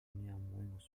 néanmoins